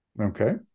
Okay